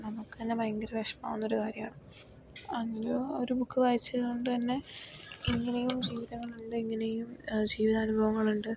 നമുക്ക് തന്നെ ഭയങ്കര വിഷമം ആകുന്ന ഒരു കാര്യമാണ് അങ്ങനെ ഒരു ബുക്ക് വായിച്ചത് കൊണ്ട് തന്നെ ഇങ്ങനെയും കുറെ ജീവിതങ്ങൾ ഇങ്ങനെയും ജീവിതാനുഭവങ്ങളുണ്ട്